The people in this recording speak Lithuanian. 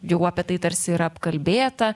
jau apie tai tarsi yra apkalbėta